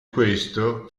questo